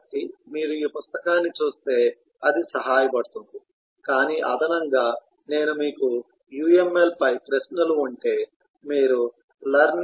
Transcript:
కాబట్టి మీరు ఈ పుస్తకాన్ని చూస్తే అది సహాయపడుతుంది కానీ అదనంగా నేను మీకు UML పై ప్రశ్నలు ఉంటే మీరు లెర్నింగ్ UML 2